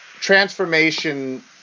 transformation